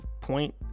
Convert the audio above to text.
point